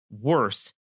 worse